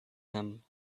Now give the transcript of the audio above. him